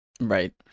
Right